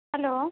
hello